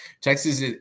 Texas